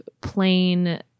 plain